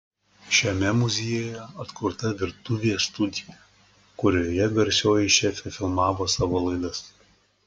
šiame muziejuje atkurta virtuvė studija kurioje garsioji šefė filmavo savo laidas